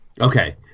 Okay